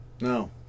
No